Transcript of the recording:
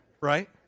right